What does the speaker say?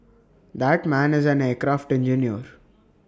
that man is an aircraft engineer